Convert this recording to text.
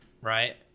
right